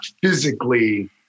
physically